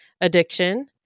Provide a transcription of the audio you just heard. addiction